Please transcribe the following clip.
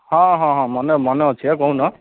ହଁ ହଁ ହଁ ମନେ ମନେ ଅଛି ଆଉ କହୁନ